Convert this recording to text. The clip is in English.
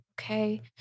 okay